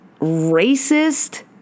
racist